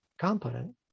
competent